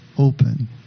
open